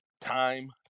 time